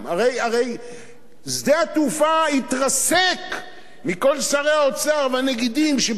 הרי שדה התעופה התרסק מכל שרי האוצר והנגידים שבאו